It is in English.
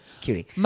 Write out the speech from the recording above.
cutie